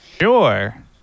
Sure